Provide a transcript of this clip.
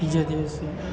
બીજા દિવસે